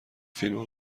فیلما